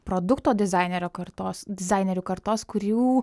produkto dizainerio kartos dizainerių kartos kurių